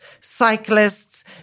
cyclists